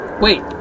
Wait